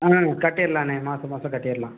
ஆ கட்டிர்லாண்ணா மாசம் மாசம் கட்டிடலாம்